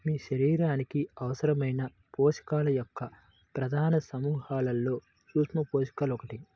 మీ శరీరానికి అవసరమైన పోషకాల యొక్క ప్రధాన సమూహాలలో సూక్ష్మపోషకాలు ఒకటి